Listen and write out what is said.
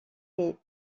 est